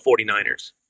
49ers